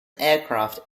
aircraft